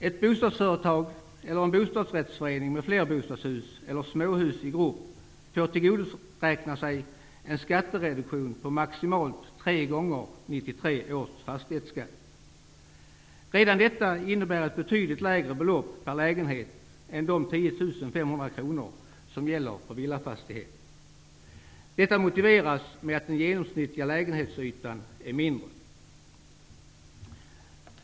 Ett bostadsföretag eller en bostadsrättsförening med flerbostadshus eller småhus i grupp får tillgodoräkna sig en skattereduktion på maximalt tre gånger 1993 års fastighetsskatt. Redan detta innebär ett betydligt lägre belopp per lägenhet än de 10 500 kr som gäller för villafastighet. Detta motiveras med att den genomsnittliga lägenhetsytan är mindre.